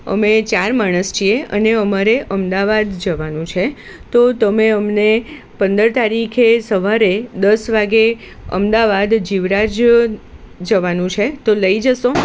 અમે ચાર માણસ છીએ અને અમારે અમદાવાદ જવાનું છે તો તમે અમને પંદર તારીખે સવારે દસ વાગે અમદાવાદ જીવરાજ જવાનું છે તો લઈ જશો